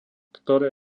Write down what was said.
ktoré